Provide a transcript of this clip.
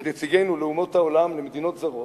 נציגינו לאומות העולם ולמדינות זרות,